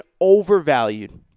overvalued